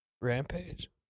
rampage